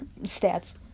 stats